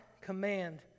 command